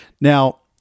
Now